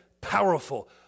powerful